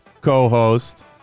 co-host